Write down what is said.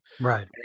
Right